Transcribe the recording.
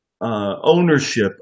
ownership